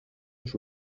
was